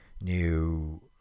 new